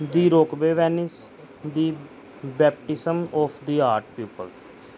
ਦੀ rock ਬੇਵੈਨਿਸ the baptism of the art paper